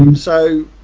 um so